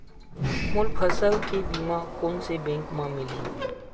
मोर फसल के बीमा कोन से बैंक म मिलही?